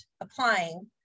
applying